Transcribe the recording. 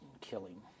killing